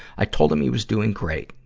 i told him he was doing great,